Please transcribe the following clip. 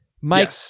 Mike